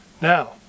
Now